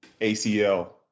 ACL